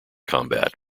combat